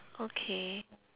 okay